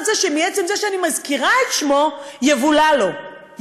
זה שמעצם זה שאני מזכירה את שמו יבולע לו,